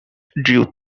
drew